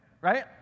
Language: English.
right